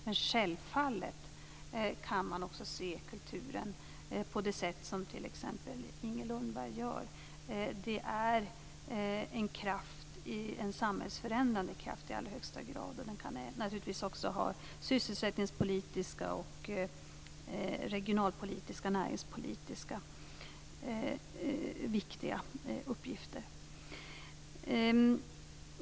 Men självfallet kan man också se kulturen på det sätt som t.ex. Inger Lundberg gör. Den är i allra högsta grad en samhällsförändrande kraft, och den kan naturligtvis också ha viktiga sysselsättningspolitiska, regionalpolitiska och näringspolitiska uppgifter.